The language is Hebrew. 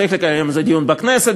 צריך לקיים על זה דיון בכנסת,